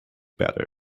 better